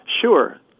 Sure